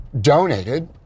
donated